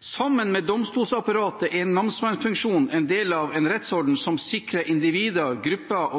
Sammen med domstolsapparatet er namsmannsfunksjonen en del av en rettsorden som sikrer at individer, grupper